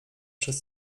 przez